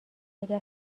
اگر